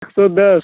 एक सौ दस